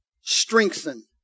strengthen